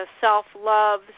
self-love